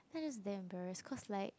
I just damn embarrass cause like